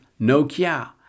Nokia